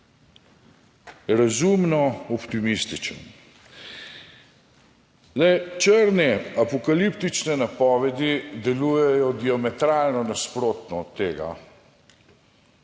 razumno optimističen. Zdaj črne apokaliptične napovedi delujejo diametralno nasprotno od tega,